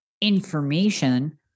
information